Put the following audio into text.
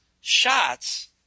shots